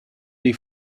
dei